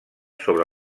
sobre